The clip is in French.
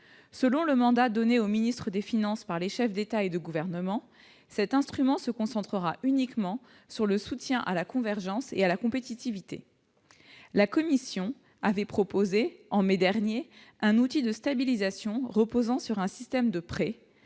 selon le mandat donné au ministre des Finances, par les chefs d'État et de gouvernement cet instrument se concentrera uniquement sur le soutien à la convergence et à la compétitivité, la Commission avait proposé en mai dernier un outil de stabilisation reposant sur un système de